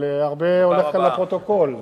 אבל הרבה הולך לפרוטוקול.